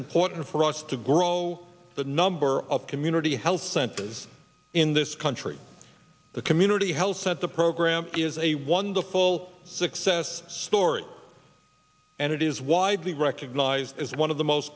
important for us to grow the number of community health centers in this country the community health center program is a wonderful success story and it is widely recognized as one of the most